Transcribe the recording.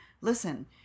Listen